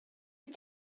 wyt